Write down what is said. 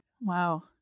Wow